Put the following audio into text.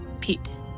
Pete